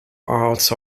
arts